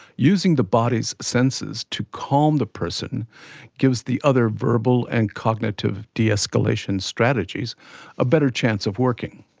using the body's senses to calm the person gives the other verbal and cognitive de-escalation strategies a better chance of working.